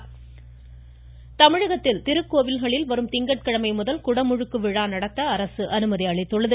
குடமுழுக்கு தமிழகத்தில் திருக்கோவில்களில் வரும் திங்கட்கிழமை முதல் குடமுழுக்கு விழா நடத்த அரசு அனுமதி அளித்துள்ளது